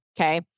Okay